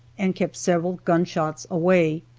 and kept several gunshots away.